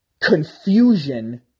confusion